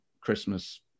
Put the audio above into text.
Christmas